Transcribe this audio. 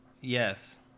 Yes